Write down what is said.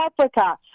Africa